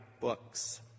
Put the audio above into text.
books